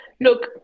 Look